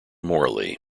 morally